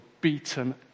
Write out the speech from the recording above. beaten